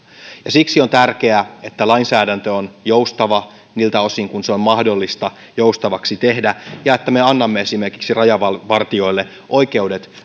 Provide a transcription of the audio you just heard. ja siksi on tärkeää että lainsäädäntö on joustava niiltä osin kuin se on mahdollista joustavaksi tehdä ja että me annamme esimerkiksi rajavartijoille oikeudet